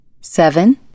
Seven